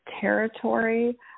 territory